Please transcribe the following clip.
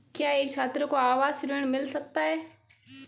क्या एक छात्र को आवास ऋण मिल सकता है?